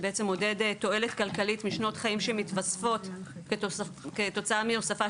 שמודד תועלת כלכלית משנות חיים שמתווספות כתוצאה מהוספה